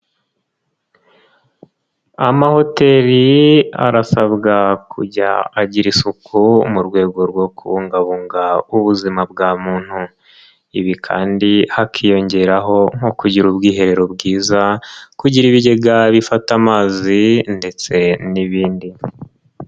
Amahoteli arasabwa kujya agira isuku mu rwego rwo kubungabunga ubuzima bwa muntu. Ibi kandi hakiyongeraho nko kugira ubwiherero bwiza, kugira ibigega bifata amazi, ndetse n'ibindi.